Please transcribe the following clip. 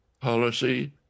policy